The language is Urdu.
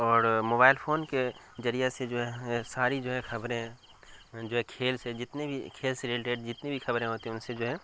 اور موبائل فون کے ذریعہ سے جو ہے ساری جو ہے خبریں جو ہیں کھیل سے جتنے بھی کھیل رلیٹیڈ جتنے بھی خبریں ہوتی ہیں ان سے جو ہے